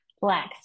flex